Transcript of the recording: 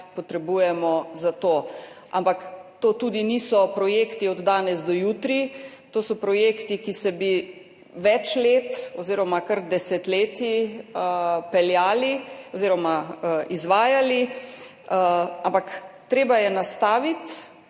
deset milijard. Ampak to tudi niso projekti od danes do jutri, to so projekti, ki bi se več let oziroma kar desetletij peljali oziroma izvajali. Treba je nastaviti,